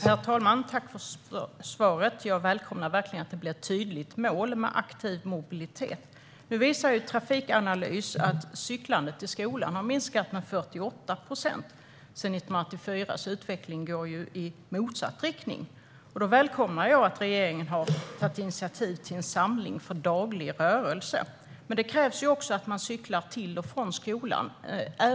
Herr talman! Jag tackar ministern för svaret och välkomnar att det blir ett tydligt mål om aktiv mobilitet. Trafikanalys visar att cyklandet till skolan har minskat med 48 procent sedan 1984. Utvecklingen här går alltså i motsatt riktning. Jag välkomnar därför att regeringen har tagit initiativ till en samling för daglig rörelse. Då krävs också att man cyklar till och från skolan.